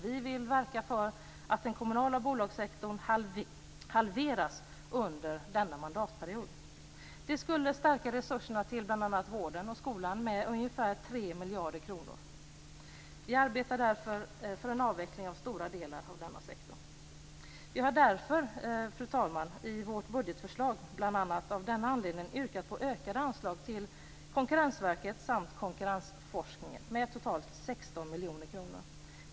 Vi vill verka för att den kommunala bolagssektorn halveras under denna mandatperiod. Det skulle stärka resurserna till bl.a. vården och skolan med ungefär 3 miljarder kronor. Vi arbetar därför för en avveckling av stora delar av denna sektor. Av den anledningen har vi, fru talman, i vårt budgetförslag yrkat på ökade anslag till Konkurrensverket samt till konkurrensforskningen med totalt 16 miljoner kronor.